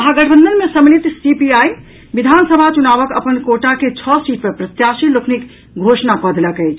महागठबंधन मे सम्मिलित सीपीआई विधानसभा चुनावक अपन कोटा के छओ सीट पर प्रत्याशी लोकनिक घोषणा कऽ देलक अछि